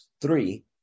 Three